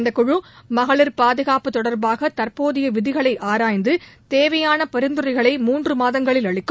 இந்த குழு மகளிர் பாதுகாப்பு தொடர்பாக தற்போதைய விதிகளை ஆராய்ந்து தேவையான பரிந்துரைகளை மூன்று மாதங்களில் அளிக்கும்